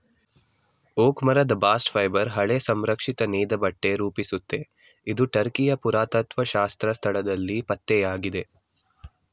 oak ಮರದ bast fibre ಹಳೆ ಸಂರಕ್ಷಿತ ನೇಯ್ದಬಟ್ಟೆ ರೂಪಿಸುತ್ತೆ ಇದು ಟರ್ಕಿಯ ಪುರಾತತ್ತ್ವಶಾಸ್ತ್ರ ಸ್ಥಳದಲ್ಲಿ ಪತ್ತೆಯಾಗಿದೆ